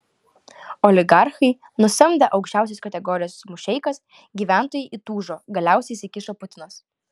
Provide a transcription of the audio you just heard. oligarchai nusamdė aukščiausios kategorijos mušeikas gyventojai įtūžo galiausiai įsikišo putinas